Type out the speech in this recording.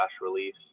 release